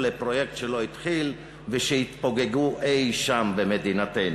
לפרויקט שלא התחיל ושהתפוגגו אי-שם במדינתנו.